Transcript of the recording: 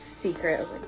secret